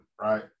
right